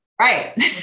right